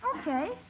Okay